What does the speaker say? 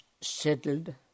settled